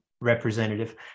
representative